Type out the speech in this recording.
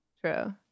true